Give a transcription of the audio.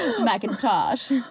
Macintosh